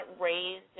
raised